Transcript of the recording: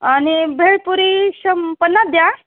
आणि भेळपुरी शं पन्नास द्या